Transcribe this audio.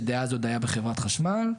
שדאז עוד היה בחברת חשמל,